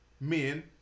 men